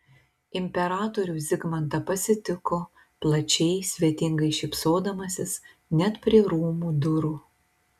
imperatorių zigmantą pasitiko plačiai svetingai šypsodamasis net prie rūmų durų